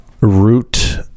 root